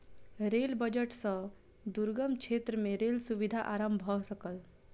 rail budget सॅ दुर्गम क्षेत्र में रेल सुविधा आरम्भ भ सकल